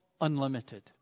unlimited